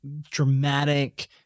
dramatic